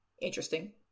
interesting